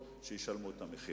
ואני מבטיח לך שעד מחר